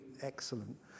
excellent